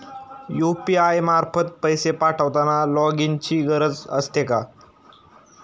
UPI मार्फत पैसे पाठवताना लॉगइनची गरज असते का?